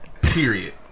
period